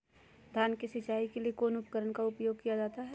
धान की सिंचाई के लिए कौन उपकरण का उपयोग किया जाता है?